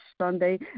Sunday